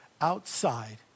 outside